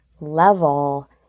level